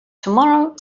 tomorrow